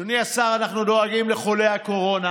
אדוני השר, אנחנו דואגים לחולי הקורונה,